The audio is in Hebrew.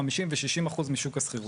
50 ו-60 אחוז משוק השכירות.